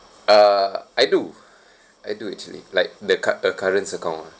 uh I do I do actually like the cur~ uh current account